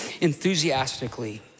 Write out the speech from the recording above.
enthusiastically